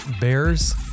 Bears